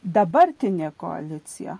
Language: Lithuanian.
dabartinė koalicija